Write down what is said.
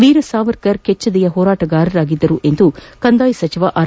ವೀರ ಸಾರ್ವರ್ಕರ್ ಕೆಚ್ಚೆದೆಯ ಹೋರಾಟಗಾರರಾಗಿದ್ದರೆಂದು ಕಂದಾಯ ಸಚಿವ ಆರ್